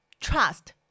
trust